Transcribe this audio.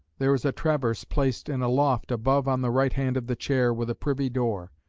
there is a traverse placed in a loft above on the right hand of the chair, with a privy door,